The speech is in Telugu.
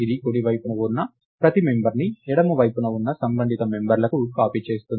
ఇది కుడి వైపున ఉన్న ప్రతి మెంబర్ని ఎడమ వైపున ఉన్న సంబంధిత మెంబర్లకు కాపీ చేస్తుంది